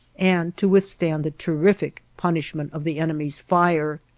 and to withstand the terrific punishment of the enemy's fire.